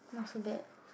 not so bad